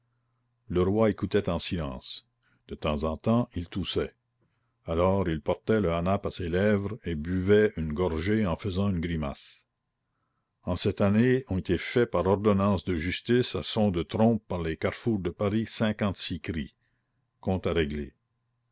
le roi écoutait en silence de temps en temps il toussait alors il portait le hanap à ses lèvres et buvait une gorgée en faisant une grimace en cette année ont été faits par ordonnance de justice à son de trompe par les carrefours de paris cinquante-six cris compte à régler